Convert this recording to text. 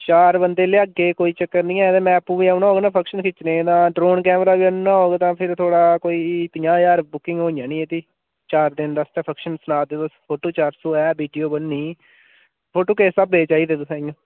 चार बंदे लेआगे कोई चक्कर नी ऐ ते मैं आपूं बी आना होग ना फंक्शन खिच्चने गी तां ड्रोन कैमरा बी आह्नना होग तां फिर थुआढ़ा कोई फ्ही पंजाह् ज्हार बुकिंग होई जानी एह्दी चार दिन आस्तै फंक्शन सना दे तुस फोटो चार सौ ऐ वीडियो बननी फोटो किस स्हाबै चाहिदे तुसें इ'यां